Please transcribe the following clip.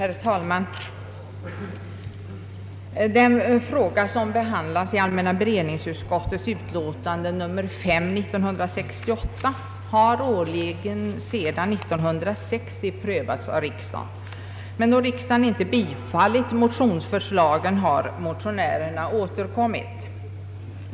Herr talman! Den fråga som behandlas i allmänna beredningsutskottets utlåtande nr 5 för 1968 har prövats av riksdagen årligen sedan 1960, men då riksdagen inte bifallit motionsförslagen har motionärerna återkommit.